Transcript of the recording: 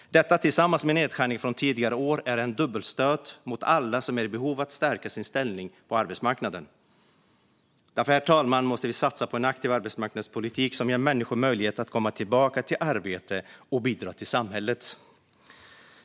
Detta tillsammans med nedskärningarna från tidigare år är en dubbelstöt mot alla som är i behov av att stärka sin ställning på arbetsmarknaden. Herr talman! Därför måste vi satsa på en aktiv arbetsmarknadspolitik som ger människor möjlighet att komma tillbaka till arbete och bidra till samhället.